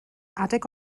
adeg